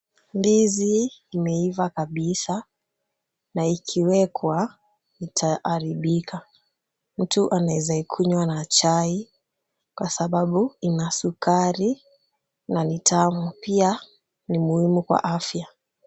Ndizi imeiva kabisa na ikiwekwa itaharibika. Mtu anaeza ikunywa na chai kwa sababu ina sukari na ni tamu. Pia ni muhimu kwa afya.